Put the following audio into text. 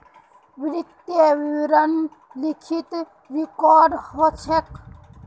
वित्तीय विवरण लिखित रिकॉर्ड ह छेक